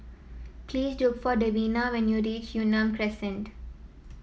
please look for Davina when you reach Yunnan Crescent